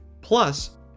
Plus